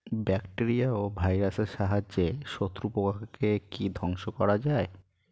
Bacteria ও ভাইরাসের সাহায্যে শত্রু পোকাকে কি ধ্বংস করা যায়?